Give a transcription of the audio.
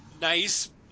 Nice